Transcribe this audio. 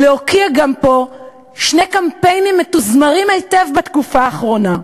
להוקיע גם פה שני קמפיינים מתוזמרים היטב בתקופה האחרונה.